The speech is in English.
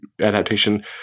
adaptation